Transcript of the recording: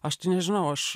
aš tai nežinau aš